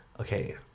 Okay